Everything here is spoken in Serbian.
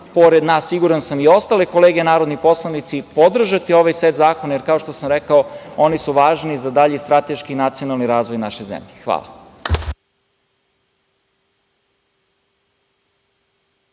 pored nas siguran sam i ostale kolege narodni poslanici, podržati ovaj set zakona, jer kao što sam rekao, oni su važni za dalji strateški i nacionalni razvoj naše zemlje. Hvala.